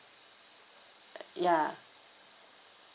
uh ya